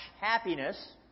happiness